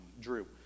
Drew